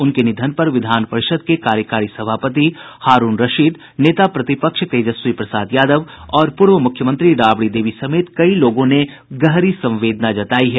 उनके निधन पर विधान परिषद् के कार्यकारी सभापति हारूण रशीद नेता प्रतिपक्ष तेजस्वी प्रसाद यादव और पूर्व मुख्यमंत्री राबड़ी देवी समेत कई लोगों ने गहरी संवेदना जतायी है